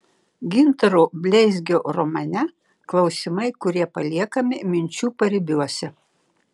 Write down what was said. gintaro bleizgio romane klausimai kurie paliekami minčių paribiuose